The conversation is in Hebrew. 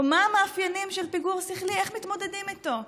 או מה המאפיינים של פיגור שכלי, איך מתמודדים אתו?